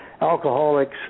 alcoholics